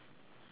okay